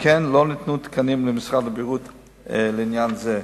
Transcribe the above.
שכן לא ניתנו תקנים למשרד הבריאות לעניין זה.